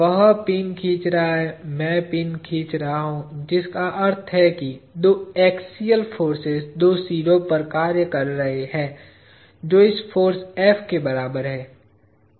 वह पिन खींच रहा है मै पिन खींच रहा हू जिसका अर्थ है कि दो एक्सियल फोर्सेज दो सिरों पर कार्य कर रहे हैं जो इस फाॅर्स F के बराबर है